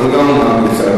הוא גם בא,